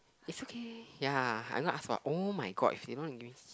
it's okay ya I not ask for oh-my-god if they not gonna give me